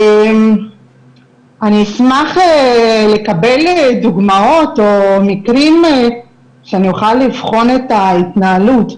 אני אשמח לקבל דוגמאות או מקרים שאני אוכל לבחון את ההתנהלות,